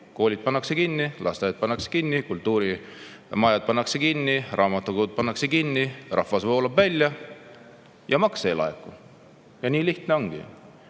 koolid pannakse kinni, lasteaiad pannakse kinni, kultuurimajad pannakse kinni, raamatukogud pannakse kinni, rahvas voolab välja ja makse ei laeku. Nii lihtne ongi.